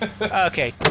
okay